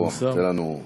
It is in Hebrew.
בוא, תן לנו.